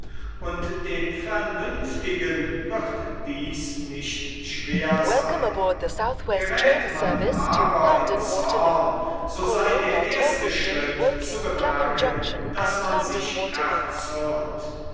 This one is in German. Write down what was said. und dem vernünftigen wird dies nicht schwer seyn geräth man aber in zorn so sei der erste schritt zu bemerken daß man sich